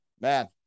man